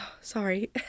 Sorry